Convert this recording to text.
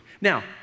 Now